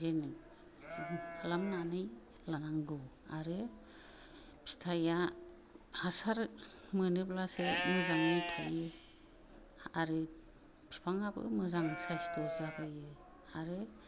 जोङो खालामनानै लानांगौ आरो फिथाइया हासार मोनोब्लासो मोजाङै थाइयो आरो बिफांआबो मोजां साइसथ' जाबोयो आरो